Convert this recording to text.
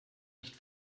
nicht